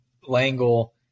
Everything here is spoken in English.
Langle